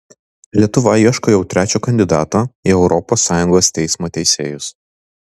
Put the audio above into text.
lietuva ieško jau trečio kandidato į europos sąjungos teismo teisėjus